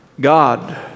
God